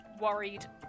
worried